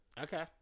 Okay